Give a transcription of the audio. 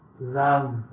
love